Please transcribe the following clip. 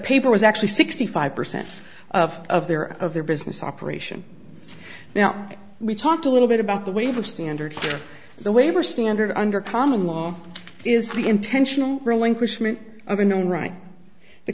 paper was actually sixty five percent of their of their business operation now we talked a little bit about the wave of standard the waiver standard under common law is the intentional relinquishment of a known right the